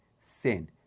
sin